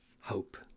hope